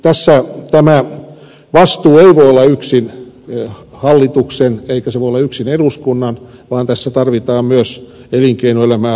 tässä vastuu ei voi olla yksin hallituksen eikä se voi olla yksin eduskunnan vaan tässä tarvitaan myös elinkeinoelämää laajemmin